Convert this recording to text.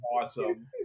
awesome